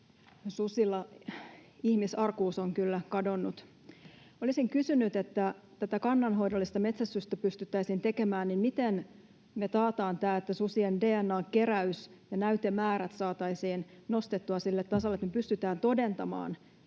Susilla ihmisarkuus on kyllä kadonnut. Olisin kysynyt: jotta tätä kannanhoidollista metsästystä pystyttäisiin tekemään, niin miten me taataan, että susien DNA:n keräys ja näytemäärät saataisiin nostettua sille tasolle, että me pystytään todentamaan